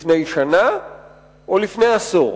לפני שנה או לפני עשור?